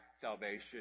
salvation